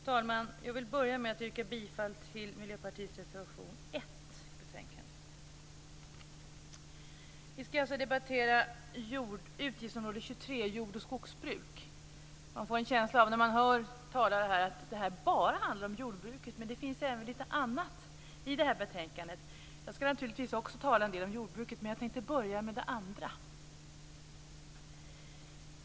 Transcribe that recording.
Fru talman! Jag vill börja med att yrka bifall till Vi skall debattera utgiftsområde 23, Jord och skogsbruk. När man hör talare här får man en känsla av att det bara handlar om jordbruk. Men det finns även annat i betänkandet. Jag skall naturligtvis också tala en del om jordbruket. Men jag tänkte börja med det andra.